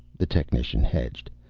the technician hedged.